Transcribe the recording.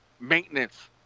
maintenance